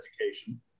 education